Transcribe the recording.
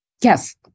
Yes